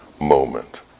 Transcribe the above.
moment